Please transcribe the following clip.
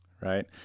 Right